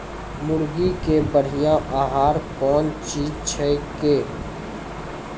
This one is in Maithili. मुर्गी के बढ़िया आहार कौन चीज छै के?